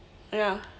ya